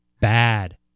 bad